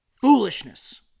Foolishness